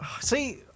See